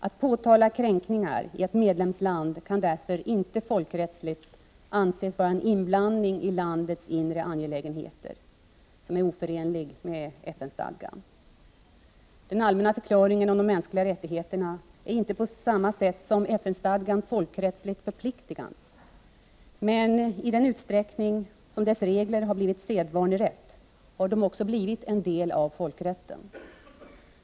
Att påtala kränkningar i ett medlemsland kan därför inte folkrättsligt anses vara en inblandning i det landets inre angelägenheter, något som är oförenligt med FN-stadgan. Den allmänna förklaringen om de mänskliga rättigheterna är inte på samma sätt som FN-stadgan folkrättsligt förpliktande. Men i den utsträckning som dess regler har blivit sedvanerätt har de också blivit en del av folkrätten.